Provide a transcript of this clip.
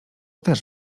też